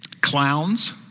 Clowns